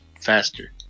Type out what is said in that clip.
faster